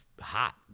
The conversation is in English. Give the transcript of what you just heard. hot